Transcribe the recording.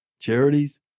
Charities